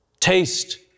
Taste